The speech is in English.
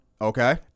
Okay